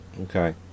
Okay